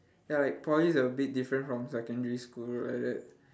ya like poly's a bit different from secondary school like that